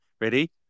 ready